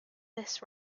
this